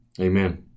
Amen